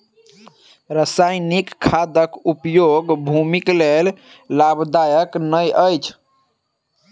रासायनिक खादक उपयोग भूमिक लेल लाभदायक नै अछि